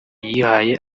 yihaye